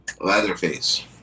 Leatherface